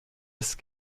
ist